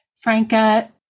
Franca